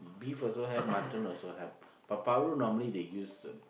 beef also have mutton also have but paru normally they use